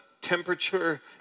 temperature